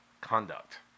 conduct